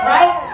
Right